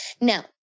Now